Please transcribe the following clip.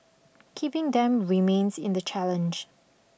keeping them remains in the challenge